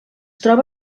troba